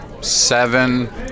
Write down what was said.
seven